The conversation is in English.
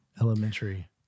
Elementary